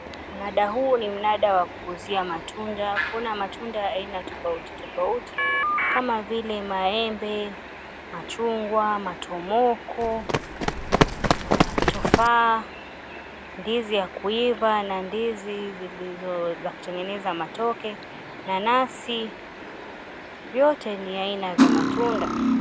Mnada huu ni mnada wa kuuzia matunda. Kuna matunda ya aina tofauti tofauti kama vile maembe, machungwa, matomoko, matufaha, ndizi ya kuiva na ndizi zilizo za kutengeneza matoke, nanasi, vyote ni aina vya matunda.